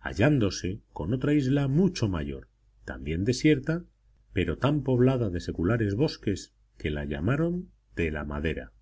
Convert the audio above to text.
hallándose con otra isla mucho mayor también desierta pero tan poblada de seculares bosques que la llamaron de la madera